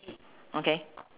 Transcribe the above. okay